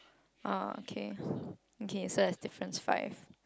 oh okay okay so have differences five